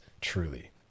truly